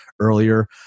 earlier